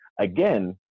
again